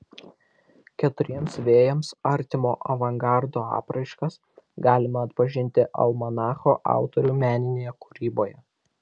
keturiems vėjams artimo avangardo apraiškas galima atpažinti almanacho autorių meninėje kūryboje